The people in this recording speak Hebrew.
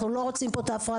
אנחנו לא רוצים פה את ההפרדה.